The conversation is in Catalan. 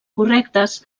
correctes